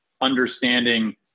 understanding